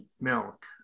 milk